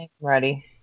ready